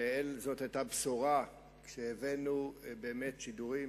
וזאת היתה בשורה כשהבאנו שידורים,